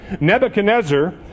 Nebuchadnezzar